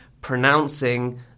pronouncing